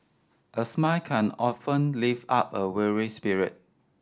a smile can often lift up a weary spirit